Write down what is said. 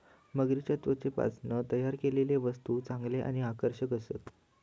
मगरीच्या त्वचेपासना तयार केलेले वस्तु चांगले आणि आकर्षक असतत